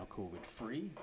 COVID-free